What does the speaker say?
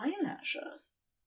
eyelashes